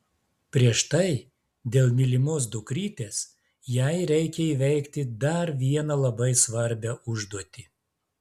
prieš tai dėl mylimos dukrytės jai reikia įveikti dar vieną labai svarbią užduotį